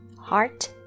Heart